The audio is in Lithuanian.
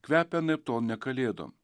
kvepia ne tom ne kalėdom